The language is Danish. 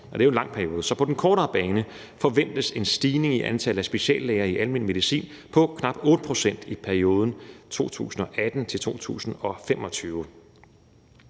Det er jo en lang periode, men på den kortere bane forventes en stigning i antallet af speciallæger i almen medicin på knap 8 pct. i perioden 2018-2025.